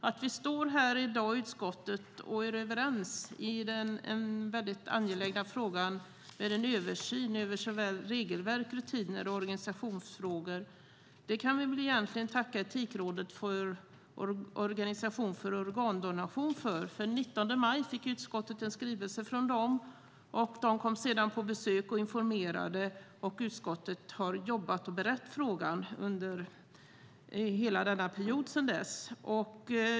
Att vi i utskottet står här i dag och är överens i den väldigt angelägna frågan om en översyn över såväl regelverk som rutiner och organisationsfrågor kan vi egentligen tacka Etikrådet vid Organisationen för organdonation för. Den 19 maj fick utskottet en skrivelse från dem och de kom sedan på besök och informerade. Utskottet har jobbat och berett frågan under hela perioden sedan dess.